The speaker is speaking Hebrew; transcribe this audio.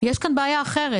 יש כאן בעיה אחרת.